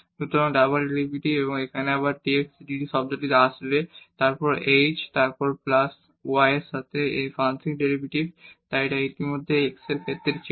সুতরাং double derivative এবং এখানে আবার dx dt টার্মটি আসবে তারপর h তারপর প্লাস y এর সাথে f এর আংশিক ডেরিভেটিভ তাই এটি ইতিমধ্যেই x এর ক্ষেত্রে ছিল